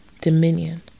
dominion